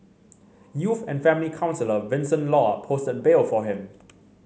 youth and family counsellor Vincent Law posted bail for him